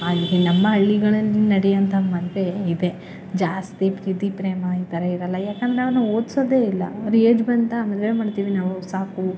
ಆದರೆ ನಮ್ಮ ಹಳ್ಳಿಗಳಲ್ಲಿ ನಡ್ಯೋಂಥ ಮದುವೆ ಇದೆ ಜಾಸ್ತಿ ಪ್ರೀತಿ ಪ್ರೇಮ ಈ ಥರ ಇರಲ್ಲ ಏಕೆಂದ್ರೆ ನಾವು ಓದಿಸೋದೆ ಇಲ್ಲ ಅವ್ರ್ಗೆ ಏಜ್ ಬಂತಾ ಮದುವೆ ಮಾಡ್ತೀವಿ ನಾವು ಸಾಕು